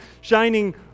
shining